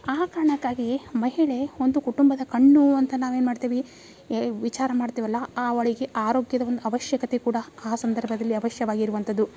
ಆ ಕಾರಣಕ್ಕಾಗಿ ಮಹಿಳೆ ಒಂದು ಕುಟುಂಬದ ಕಣ್ಣೂ ಅಂತ ನಾವು ಏನು ಮಾಡ್ತೀವಿ ಏ ವಿಚಾರ ಮಾಡ್ತೀವಲ್ಲ ಆ ಅವಳಿಗೆ ಆರೋಗ್ಯದ ಒಂದು ಅವಶ್ಯಕತೆ ಕೂಡ ಆ ಸಂದರ್ಭದಲ್ಲಿ ಅವಶ್ಯವಾಗಿ ಇರುವಂಥದ್ದು